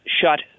shut